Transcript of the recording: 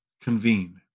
convene